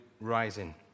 rising